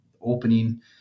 opening